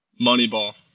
Moneyball